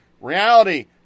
Reality